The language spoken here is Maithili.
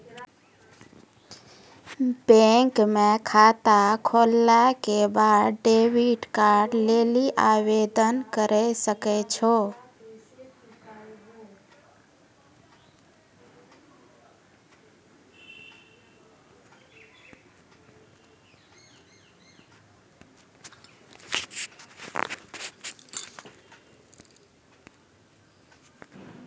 बैंक म खाता खोलला के बाद डेबिट कार्ड लेली आवेदन करै सकै छौ